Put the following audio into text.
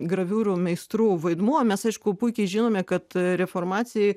graviūrų meistrų vaidmuo mes aišku puikiai žinome kad reformacijai